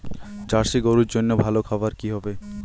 Jersey গরুর জন্য ভালো খাবার কি হবে?